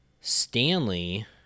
Stanley